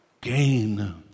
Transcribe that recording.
gain